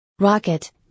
Rocket